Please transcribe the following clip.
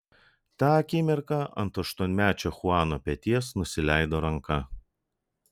tą akimirką ant aštuonmečio chuano peties nusileido ranka